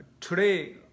today